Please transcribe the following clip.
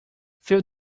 fill